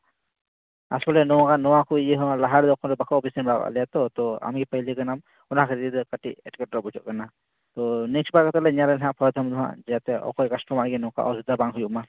ᱟᱥᱚᱞᱮ ᱱᱚᱣᱟ ᱠᱚ ᱤᱭᱟᱹ ᱦᱚᱸ ᱞᱟᱦᱟ ᱨᱮ ᱚᱠᱚᱨ ᱵᱟᱠᱚ ᱚᱵᱽᱡᱮᱠᱥᱚᱱ ᱵᱟᱲᱟᱣ ᱠᱟᱜ ᱞᱮᱭᱟ ᱛᱚ ᱛᱚ ᱟᱢᱜᱮ ᱯᱮᱦᱞᱮ ᱠᱟᱱᱟᱢ ᱚᱱᱟ ᱠᱷᱟᱹᱛᱤᱨᱛᱮ ᱠᱟᱹᱴᱤᱡ ᱮᱴᱠᱮᱴᱚᱬᱮ ᱵᱩᱡᱷᱟᱹᱜ ᱠᱟᱱᱟ ᱛᱚ ᱱᱮᱠᱥᱴ ᱵᱟᱨ ᱫᱚ ᱧᱮᱞᱟᱞᱮ ᱦᱟᱸᱜ ᱯᱚᱨᱮᱛᱮ ᱡᱟᱛᱮ ᱚᱠᱚᱭ ᱠᱟᱥᱴᱚᱢᱟᱨᱟᱜ ᱜᱮ ᱱᱚᱝᱠᱟ ᱚᱥᱩᱵᱤᱫᱟ ᱵᱟᱝ ᱦᱩᱭᱩᱜ ᱢᱟ